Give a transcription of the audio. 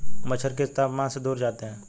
मच्छर किस तापमान से दूर जाते हैं?